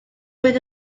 oedd